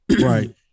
right